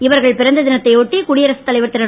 இவர்கள் பிறந்த தினத்தை ஒட்டி குடியரசுத் தலைவர் திரு